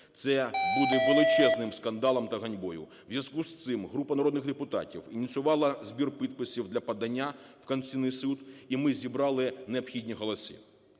Це буде величезним скандалом та ганьбою. В зв'язку з цим група народних депутатів ініціювала збір підписів для подання в Конституційний Суд, і ми зібрали необхідні голоси.